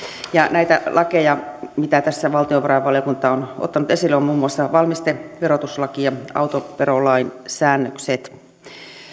näitä lakeja mitä tässä valtiovarainvaliokunta on ottanut esille ovat muun muassa valmisteverotuslaki ja autoverolain säännökset